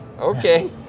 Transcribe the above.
Okay